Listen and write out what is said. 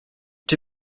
czy